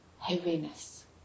heaviness